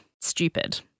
Stupid